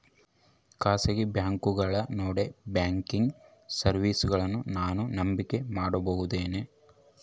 ಖಾಸಗಿ ಬ್ಯಾಂಕುಗಳು ನೇಡೋ ಬ್ಯಾಂಕಿಗ್ ಸರ್ವೇಸಗಳನ್ನು ನಾನು ನಂಬಿಕೆ ಮಾಡಬಹುದೇನ್ರಿ?